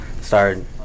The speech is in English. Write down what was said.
started